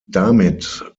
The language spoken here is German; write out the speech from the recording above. damit